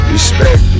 Respect